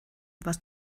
was